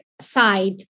side